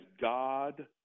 God